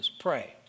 pray